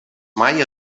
mai